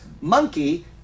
monkey